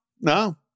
no